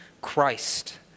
Christ